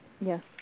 Yes